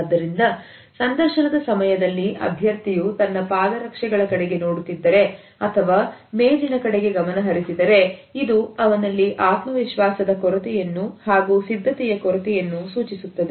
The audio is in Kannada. ಆದ್ದರಿಂದ ಸಂದರ್ಶನದ ಸಮಯದಲ್ಲಿ ಅಭ್ಯರ್ಥಿಯು ತನ್ನ ಪಾದರಕ್ಷೆಗಳ ಕಡೆಗೆ ನೋಡುತ್ತಿದ್ದರೆ ಅಥವಾ ಮೇಜಿನ ಕಡೆಗೆ ಗಮನ ಹರಿಸಿದರೆ ಇದು ಅವನಲ್ಲಿ ಆತ್ಮವಿಶ್ವಾಸದ ಕೊರತೆ ಯನ್ನು ಹಾಗೂ ಸಿದ್ಧತೆಯ ಕೊರತೆಯನ್ನು ಸೂಚಿಸುತ್ತದೆ